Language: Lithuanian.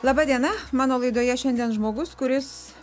laba diena mano laidoje šiandien žmogus kuris